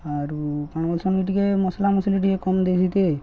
ଆରୁ ପାଣ ମସୁଣ ବି ଟିକେ ମସଲାମସଲି ଟିକେ କମ ଦେଇଥିତେ